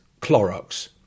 Clorox